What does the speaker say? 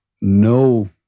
no